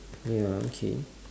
ya okay